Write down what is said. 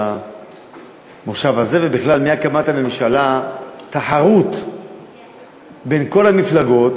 במושב הזה ובכלל מהקמת הממשלה תחרות בין כל המפלגות,